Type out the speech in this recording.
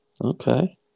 Okay